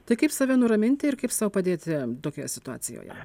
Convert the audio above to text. tai kaip save nuraminti ir kaip sau padėti tokioje situacijoje